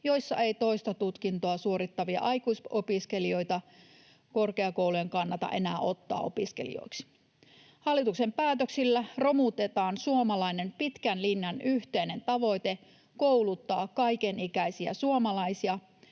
joissa ei toista tutkintoa suorittavia aikuisopiskelijoita korkeakoulujen kannata enää ottaa opiskelijoiksi. Hallituksen päätöksillä romutetaan suomalainen pitkän linjan yhteinen tavoite: Kouluttaa kaikenikäisiä suomalaisia,